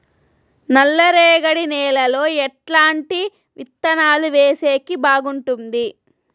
నల్లరేగడి నేలలో ఎట్లాంటి విత్తనాలు వేసేకి బాగుంటుంది?